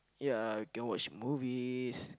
ya can watch movies